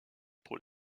pour